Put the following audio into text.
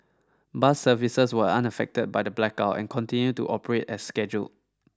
bus services were unaffected by the blackout and continued to operate as scheduled